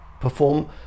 perform